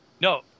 No